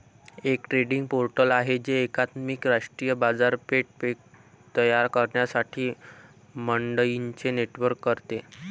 एक trading portal आहे जे एकात्मिक राष्ट्रीय बाजारपेठ तयार करण्यासाठी मंडईंचे नेटवर्क करते